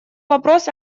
вопрос